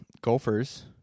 Gophers